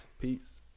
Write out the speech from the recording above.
Peace